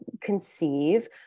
conceive